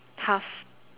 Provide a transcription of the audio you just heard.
half